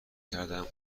کردم